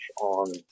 on